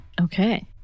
Okay